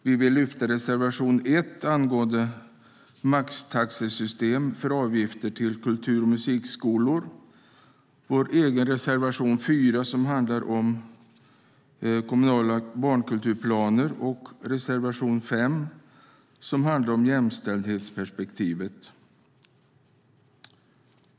Vi vill lyfta upp reservation 1 angående maxtaxesystem för avgifter till kultur och musikskolor, vår egen reservation 4 som handlar om kommunala barnkulturplaner och reservation 5 som handlar om jämställdhetsperspektivet.